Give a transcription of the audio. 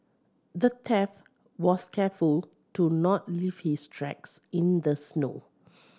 the thief was careful to not leave his tracks in the snow